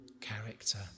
character